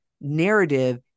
narrative